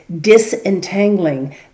disentangling